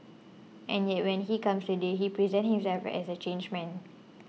and yet when he comes today he presents himself as a changed man